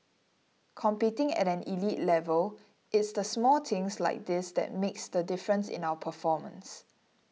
competing at an elite level it's the small things like this that makes the difference in our performance